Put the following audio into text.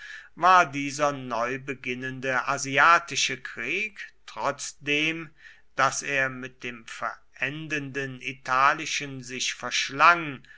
war dieser neu beginnende asiatische krieg trotzdem daß er mit dem verendenden italischen sich verschlang